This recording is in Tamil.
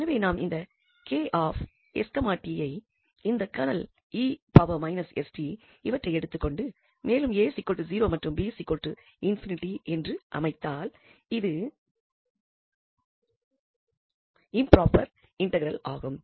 எனவே நாம் இந்த 𝐾𝑠 𝑡 இந்த கெர்னெல் 𝑒−𝑠𝑡 இவற்றை எடுத்துக்கொண்டு மேலும் 𝑎 0 மற்றும் 𝑏 ∞ என்று அமைத்தால் இது இம்ப்ரொபெர் இன்டெக்ரல் ஆகும்